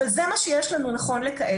אבל זה מה שיש לנו נכון לכעת.